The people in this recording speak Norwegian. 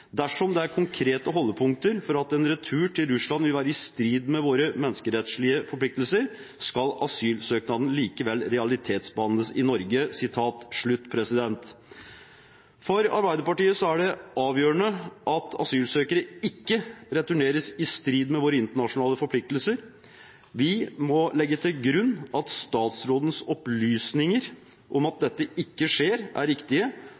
dersom det er konkrete holdepunkter for at en retur til Russland vil være i strid med våre menneskerettslige forpliktelser, skal asylsøknaden likevel realitetsbehandles i Norge.» For Arbeiderpartiet er det avgjørende at asylsøkere ikke returneres i strid med våre internasjonale forpliktelser. Vi må legge til grunn at statsrådens opplysninger om at dette ikke skjer, er riktige,